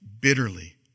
bitterly